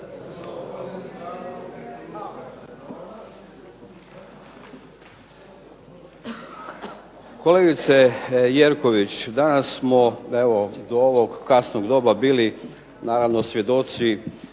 Kolegice Jerković, danas smo evo do ovog kasnog doba bili naravno svjedoci